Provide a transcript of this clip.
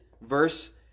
verse